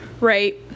right